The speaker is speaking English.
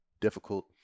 difficult